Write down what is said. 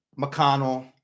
McConnell